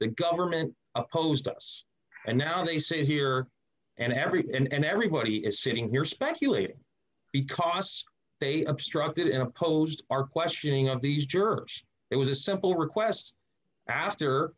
the government opposed to us and now they say here and everything and everybody is sitting here speculating because they obstructed imposed our questioning of these jurors it was a simple request after